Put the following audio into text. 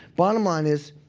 bottom line is,